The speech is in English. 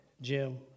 Jim